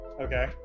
Okay